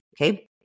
Okay